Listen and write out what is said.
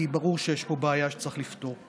כי ברור שיש פה בעיה שצריך לפתור.